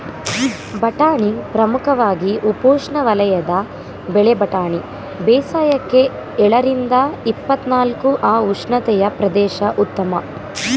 ಬಟಾಣಿ ಪ್ರಮುಖವಾಗಿ ಉಪೋಷ್ಣವಲಯದ ಬೆಳೆ ಬಟಾಣಿ ಬೇಸಾಯಕ್ಕೆ ಎಳರಿಂದ ಇಪ್ಪತ್ನಾಲ್ಕು ಅ ಉಷ್ಣತೆಯ ಪ್ರದೇಶ ಉತ್ತಮ